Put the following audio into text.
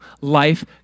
Life